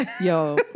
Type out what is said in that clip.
Yo